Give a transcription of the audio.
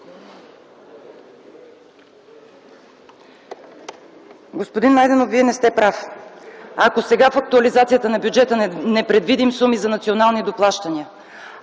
Господин Найденов, Вие не сте прав! Ако сега в актуализацията на бюджета не предвидим суми за национални доплащания,